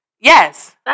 Yes